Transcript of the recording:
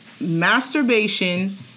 masturbation